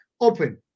open